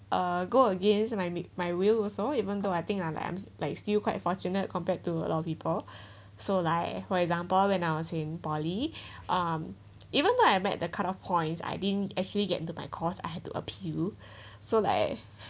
uh go against my wi~ my will also even though I think I'm like still quite fortunate compared to a lot of people so like for example when I was in poly um even though I met the cut off points I didn't actually get into my course I had to appeal so like